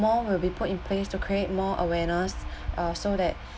more will be put in place to create more awareness uh so that